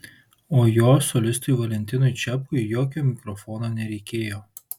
o jo solistui valentinui čepkui jokio mikrofono nereikėjo